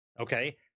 Okay